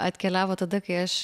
atkeliavo tada kai aš